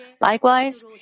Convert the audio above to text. Likewise